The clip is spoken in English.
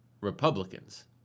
Republicans